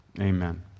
Amen